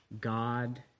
God